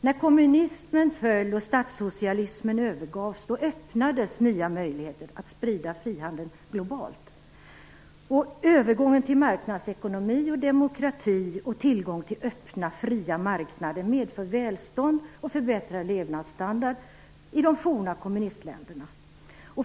När kommunismen föll och statssocialismen övergavs öppnades nya möjligheter att sprida frihandeln globalt. Övergång till marknadsekonomi och demokrati samt tillgång till öppna och fria marknader medför välstånd och förbättrad levnadsstandard i de forna kommunistländerna.